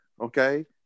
Okay